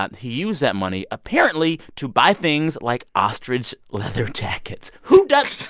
ah he used that money, apparently, to buy things like ostrich leather jackets. who does.